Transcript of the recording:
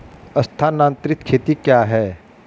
स्थानांतरित खेती क्या है?